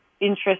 interest